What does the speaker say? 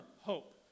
hope